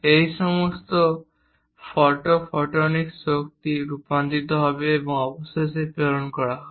এই সমস্ত photo photonic শক্তি রূপান্তরিত হবে এবং অবশেষে প্রেরণ করা হবে